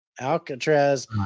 Alcatraz